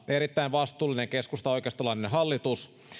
erittäin vastuullinen keskustaoikeistolainen hallitus jossa olimme myös mukana